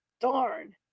Darn